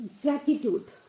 gratitude